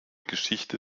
geschichte